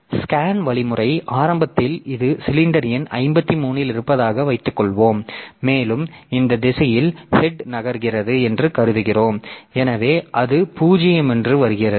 SCAN வழிமுறை ஆரம்பத்தில் இது சிலிண்டர் எண் 53 இல் இருப்பதாக வைத்துக்கொள்வோம் மேலும் இந்த திசையில் ஹெட் நகர்கிறது என்று கருதுகிறோம் எனவே அது 0 என்று வருகிறது